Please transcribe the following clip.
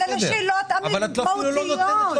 אלה שאלות מהותיות.